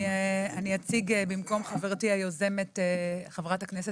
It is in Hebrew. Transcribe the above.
אציג במקום חברתי היוזמת חברת הכנסת